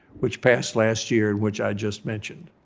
which passed last year, and which i just mentioned.